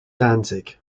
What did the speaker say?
danzig